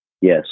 yes